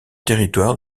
territoire